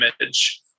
image